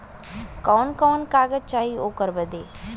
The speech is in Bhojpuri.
कवन कवन कागज चाही ओकर बदे?